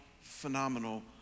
phenomenal